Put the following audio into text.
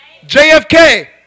JFK